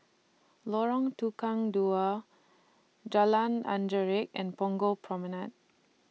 Lorong Tukang Dua Jalan Anggerek and Punggol Promenade